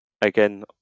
again